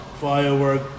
firework